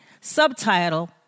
Subtitle